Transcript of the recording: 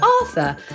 Arthur